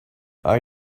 are